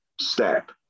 step